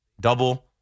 Double